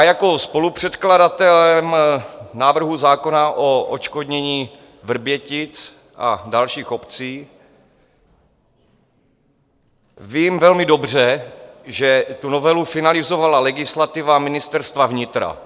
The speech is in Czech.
Jako spolupředkladatel návrhu zákona o odškodnění Vrbětic a dalších obcí vím velmi dobře, že tu novelu finalizovala legislativa Ministerstva vnitra.